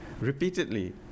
repeatedly